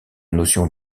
notion